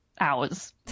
hours